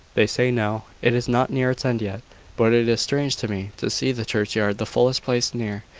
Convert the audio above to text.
they say now, it is not near its end yet but it is strange to me to see the churchyard the fullest place near,